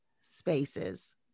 spaces